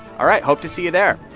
all right, hope to see you there.